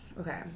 Okay